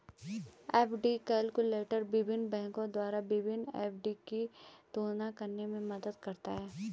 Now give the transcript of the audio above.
FD calculator विभिन्न बैंकों द्वारा विभिन्न एफ.डी की तुलना करने में मदद करता है